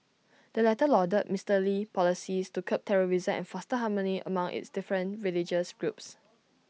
the latter lauded Mister Lee's policies to curb terrorism and foster harmony among its different religious groups